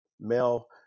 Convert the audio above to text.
male